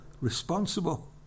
responsible